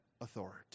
authority